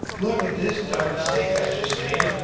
look at this dumb mistake i just made,